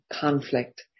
conflict